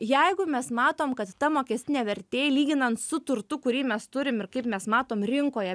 jeigu mes matom kad ta mokestinė vertė lyginant su turtu kurį mes turim ir kaip mes matom rinkoje